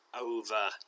over